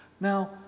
Now